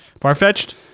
far-fetched